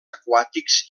aquàtics